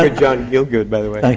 ah john gielgud, by the way. thank